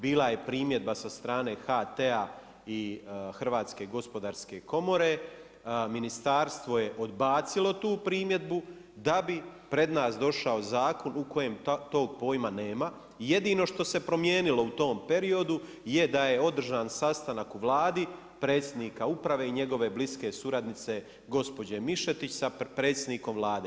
Bila je primjedba sa strane HT-a i Hrvatske gospodarske komore, Ministarstvo je odbacilo tu primjedbu da bi pred nas došao Zakon u kojem tog pojma nema jedino što se promijenilo u tom periodu je da je održan sastanak u Vladi, predsjednika uprave i njegove bliske suradnice gospođe Mišetić sa predsjednikom Vlade.